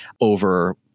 over